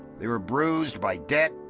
they were bruised by debt,